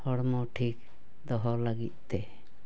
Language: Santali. ᱦᱚᱲᱢᱚ ᱴᱷᱤᱠ ᱫᱚᱦᱚ ᱞᱟᱹᱜᱤᱫ ᱛᱮ